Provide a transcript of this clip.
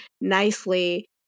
nicely